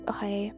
Okay